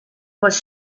was